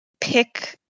pick